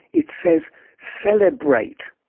it says celebrate!